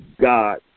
God